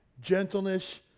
gentleness